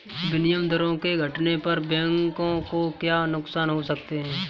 विनिमय दरों के घटने पर बैंकों को क्या नुकसान हो सकते हैं?